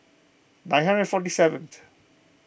nine hundred forty seventh